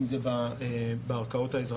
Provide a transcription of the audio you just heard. בין אם זה בערכאות האזרחיות,